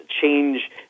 change